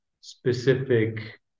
specific